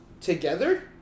together